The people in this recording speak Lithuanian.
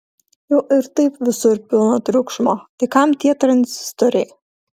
jau ir taip visur pilna triukšmo tai kam tie tranzistoriai